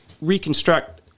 reconstruct